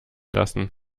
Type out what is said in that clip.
lassen